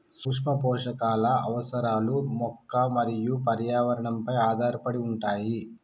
సూక్ష్మపోషకాల అవసరాలు మొక్క మరియు పర్యావరణంపై ఆధారపడి ఉంటాయి